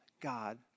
God